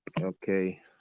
okay